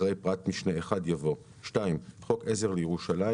אחרי פרט משנה (1) יבוא: "(2) חוק עזר לירושלים